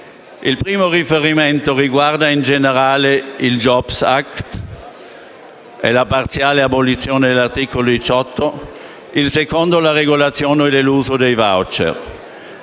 Il primo riferimento riguarda in generale il *jobs act* (e la parziale abolizione dell'articolo 18); il secondo la regolazione dell'uso dei *voucher*.